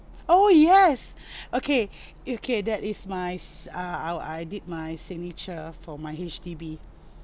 oh yes okay okay that is my s~ uh I'll I did my signature for my H_D_B